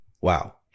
Wow